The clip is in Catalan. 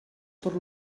per